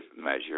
measure